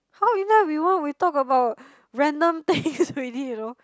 how we talk about random things already you know